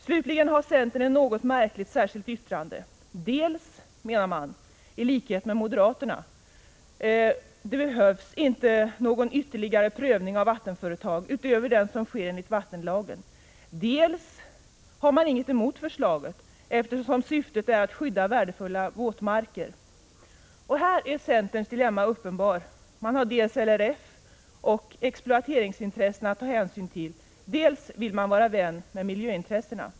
Slutligen har centern ett något märkligt särskilt yttrande: dels menar man, i likhet med moderaterna, att det inte behövs någon ytterligare prövning av vattenföretag utöver den som sker enligt vattenlagen, dels har man inget emot förslaget eftersom syftet är att skydda värdefulla våtmarker. Här är centerns dilemma uppenbart: dels har man LRF och exploateringsintressena att ta hänsyn till, dels vill man vara vän med miljöintressena.